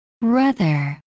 Brother